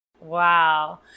wow